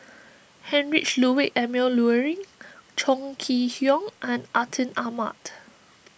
Heinrich Ludwig Emil Luering Chong Kee Hiong and Atin Amat